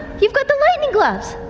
you've got the lightning gloves!